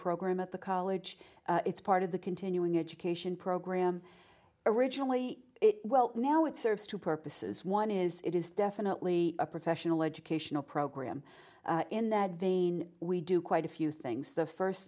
program at the college it's part of the continuing education program originally it well now it serves two purposes one is it is definitely a professional educational program in that vein we do quite a few things the first